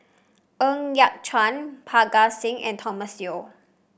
Ng Yat Chuan Parga Singh and Thomas Yeo